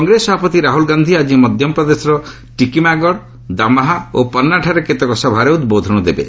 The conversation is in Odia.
କଂଗ୍ରେସ ସଭାପତି ରାହୁଲ ଗାନ୍ଧି ଆଜି ମଧ୍ୟପ୍ରଦେଶର ଟିକିମାଗଡ଼ ଦାମହା ଓ ପାନ୍ନାଠାରେ କେତେକ ସଭାରେ ଉଦ୍ବୋଧନ ଦେବେ